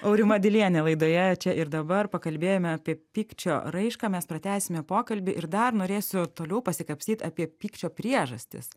aurima dilienė laidoje čia ir dabar pakalbėjome apie pykčio raišką mes pratęsime pokalbį ir dar norėsiu toliau pasikapstyt apie pykčio priežastis